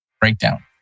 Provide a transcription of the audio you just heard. breakdown